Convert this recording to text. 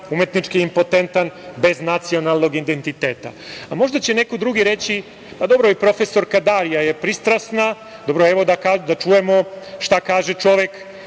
umetnički impotentan, bez nacionalnog identiteta. Možda će neko drugi reći – dobro, i profesorka Darija je pristrasna. Dobro, evo da čujemo šta kaže čovek